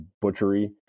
butchery